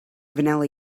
vanilla